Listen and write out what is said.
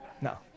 no